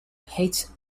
hates